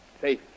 safe